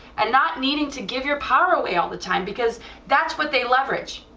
and not needing to give your power away all the time, because that's what they leverage,